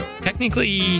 Technically